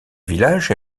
village